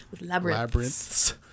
Labyrinths